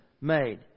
made